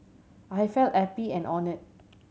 I felt happy and honoured